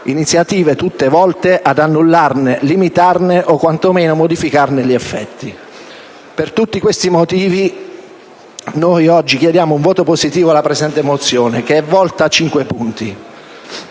iniziative tutte volte ad annullarne, limitarne o, quantomeno, modificarne gli effetti. Per tutti questi motivi, noi oggi chiediamo un voto positivo sulla mozione n. 39, il cui